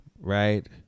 right